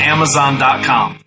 Amazon.com